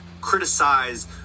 criticize